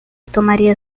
tomaria